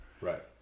Right